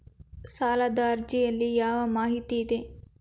ಸಾಲದ ಅರ್ಜಿಯಲ್ಲಿ ಯಾವ ಮಾಹಿತಿ ಇದೆ?